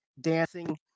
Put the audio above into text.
Dancing